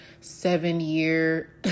seven-year